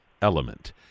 element